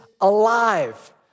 alive